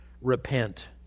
repent